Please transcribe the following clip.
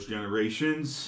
Generations